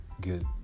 good